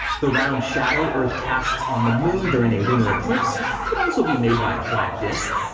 the round shadow earth casts on the moon during a lunar eclipse could also be made by a flat disc.